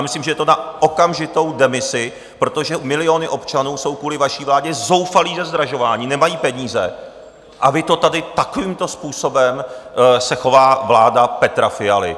Myslím, že je to na okamžitou demisi, protože miliony občanů jsou kvůli vaší vládě zoufalí ze zdražování, nemají peníze, a vy to tady takovýmto způsobem se chová vláda Petra Fialy.